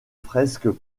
fresques